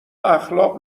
اخلاق